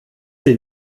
sie